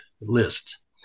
list